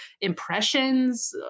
impressions